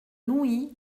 louis